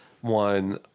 One